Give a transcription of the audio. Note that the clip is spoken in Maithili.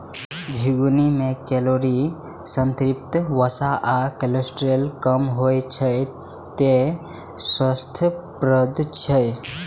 झिंगुनी मे कैलोरी, संतृप्त वसा आ कोलेस्ट्रॉल कम होइ छै, तें स्वास्थ्यप्रद छै